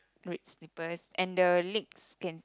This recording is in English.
red slippers and the legs can